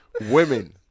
Women